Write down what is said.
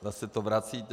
Zase to vracíte.